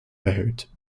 erhöht